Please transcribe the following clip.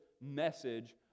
message